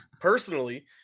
personally